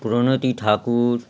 প্রণতি ঠাকুর